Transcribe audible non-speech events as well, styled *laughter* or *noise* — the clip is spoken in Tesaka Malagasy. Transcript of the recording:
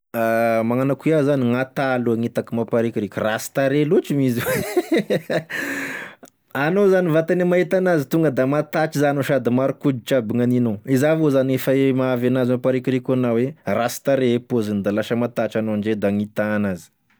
Magnano ako iaho, gn'ata aloa gn'itako mamparikoriko rasy tarehy loatry m'izy io *noise* anao zany vatany e mahita anazy tonga da matatry an enaano sady marikoditry aby gnaninao iza avao zany fa e mahavy enazy mapaharikoriko ena hoe rasy tarehy e poziny da lasa matatry anao ndre da gn'ita anazy